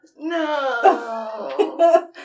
No